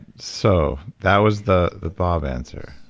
so that was the the bob answer